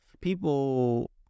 people